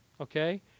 okay